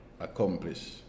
accomplish